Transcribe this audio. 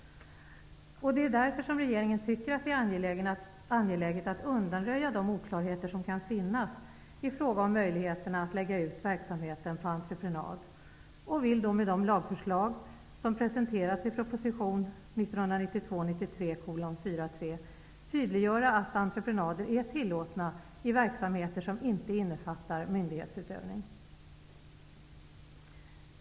Därför tycker regeringen att det är angeläget att undanröja de oklarheter som kan finnas i fråga om möjligheterna att lägga ut verksamheten på entreprenad. Med de lagförslag som har presenterats i proposition 1992/93:43 vill vi tydliggöra att entreprenader är tillåtna i verksamheter som inte innefattar myndighetsutövning.